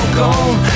gone